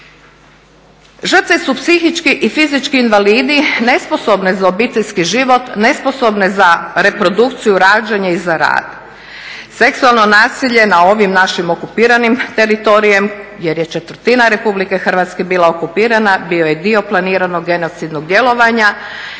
Žrtve su psihički i fizički invalidi, nesposobne za obiteljski život, nesposobne za reprodukciju, rađanje i za rad. Seksualno nasilje na ovim našim okupiranim teritorijima, jer je četvrtina RH bila okupirana, bio je dio planiranog genocidnog djelovanja.